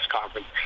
conference